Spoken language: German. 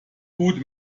gut